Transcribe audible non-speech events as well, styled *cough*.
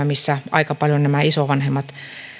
*unintelligible* missä aika paljon nämä isovanhemmat